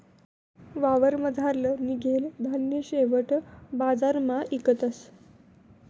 वावरमझारलं निंघेल धान्य शेवट बजारमा इकतस